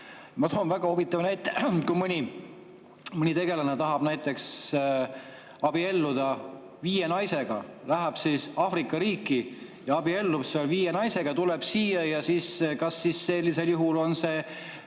Ma toon väga huvitava näite. Kui mõni tegelane tahab näiteks abielluda viie naisega, läheb Aafrika riiki, abiellub seal viie naisega ja tuleb siia, siis kas sellisel juhul on see